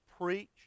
preach